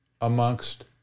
amongst